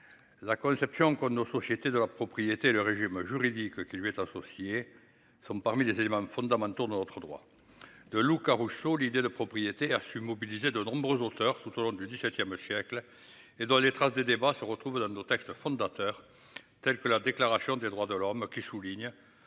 La conception qu'ont nos sociétés de leur propriété le régime juridique qui lui est associé sont parmi les éléments fondamentaux de notre droit de Luca Russo. L'idée de propriété a su mobiliser de nombreux auteurs tout au long du. Chez Hackl. Et dans les traces des débats se retrouvent dans nos textes fondateurs tels que la déclaration des droits de l'homme, qui souligne.